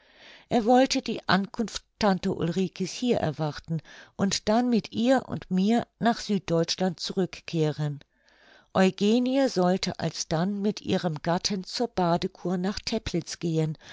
er wollte die ankunft tante ulrike's hier erwarten um dann mit ihr und mir nach süddeutschland zurückzukehren eugenie sollte alsdann mit ihrem gatten zur badekur nach teplitz gehen